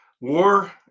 War